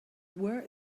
where